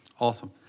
Awesome